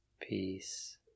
peace